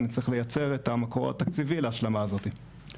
ונצטרך לייצר את המקור התקציבי להשלמה הזאת אז